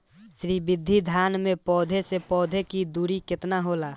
श्री विधि धान में पौधे से पौधे के दुरी केतना होला?